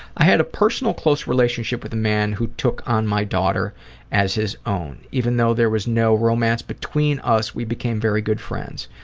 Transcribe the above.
i had a personal close relationship with a man who took on my daughter as his own. even though there was no romance between us we became very good friends.